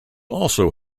also